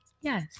Yes